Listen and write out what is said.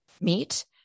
meet